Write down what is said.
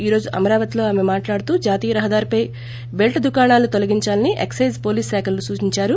ఈ రోజు అమరావతిలో ఆమె మాట్లాడుతూ జాతీయ్ రహదారిపై బెల్లు దుకాణాలను తొలగించాలని ఎక్సైజ్ పోలీసు శాఖలకు సూచించారు